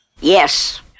Yes